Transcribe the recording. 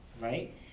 right